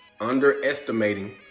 underestimating